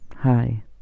Hi